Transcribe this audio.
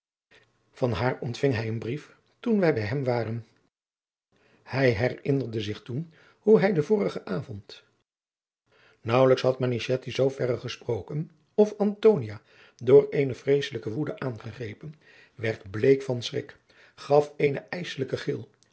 van haar ontving hij een brief toen wij bij hem waren hij herinnerde zich toen hoe hij den vorigen avond naauwelijks had manichetti zoo verre gesproken of antonia door eene vreesselijke woede aangegrepen werd bleek van schrik gaf een ijsselijken gil